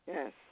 Yes